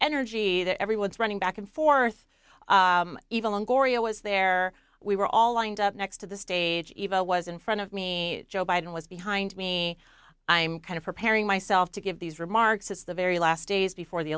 energy there everyone's running back and forth eva longoria was there we were all lined up next to the stage evil was in front of me joe biden was behind me i'm kind of preparing myself to give these remarks at the very last days before the